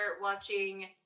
watching